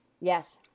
yes